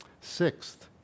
Sixth